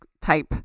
type